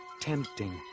tempting